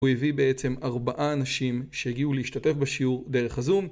הוא הביא בעצם ארבעה אנשים שהגיעו להשתתף בשיעור דרך הזום